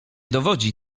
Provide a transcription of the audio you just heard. dowodzi